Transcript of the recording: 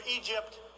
Egypt